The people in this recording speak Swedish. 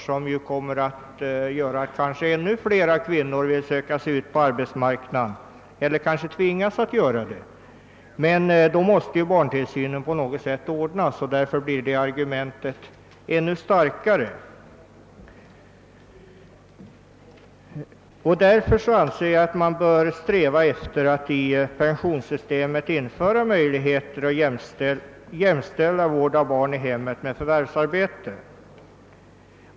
Det ändrade skattesystemet medför att kanske ännu fler kvinnor vill söka sig ut på arbetsmarknaden eller kanske tvingas att göra det. Då måste ju barntillsynen ordnas på något sätt. Därför blir argumenten för ett bifall till motionens förslag ännu starkare. Jag anser att man bör sträva efter att i pensionssystemet jämställa vård av barn i hemmet med förvärvsarbete.